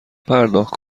پرداخت